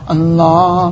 Allah